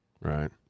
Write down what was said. Right